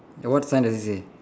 what sign does it say